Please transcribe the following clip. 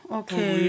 okay